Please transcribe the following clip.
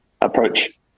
approach